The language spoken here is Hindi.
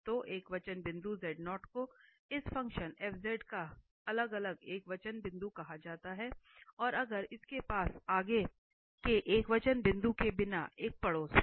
तो एकवचन बिंदु को इस फ़ंक्शन f का अलग अलग एकवचन बिंदु कहा जाता है अगर इसके पास आगे के एकवचन बिंदु के बिना एक पड़ोस है